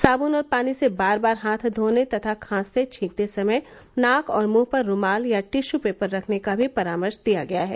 साद्न और पानी से बार बार हाथ धोने तथा खांसते छीकते समय नाक और मुंह पर रुमाल या टिशू पेपर रखने का भी परामर्श दिया गया है